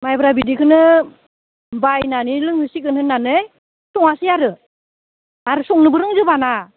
माइब्रा बिदैखौनो बायनानै लोंहोसिगोन होननानै सङासै आरो आरो संनोबो रोंजोबा ना